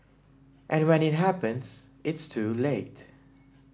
and when it happens it's too late